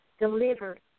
delivered